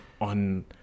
on